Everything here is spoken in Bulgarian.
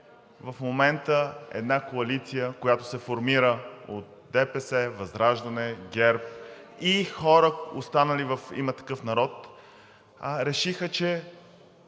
в момента една коалиция, която се формира от ДПС, ВЪЗРАЖДАНЕ, ГЕРБ и хора, останали в „Има такъв народ“, решиха, че